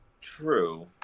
True